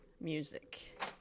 music